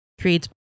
creates